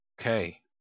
Okay